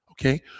Okay